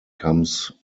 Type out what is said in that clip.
comes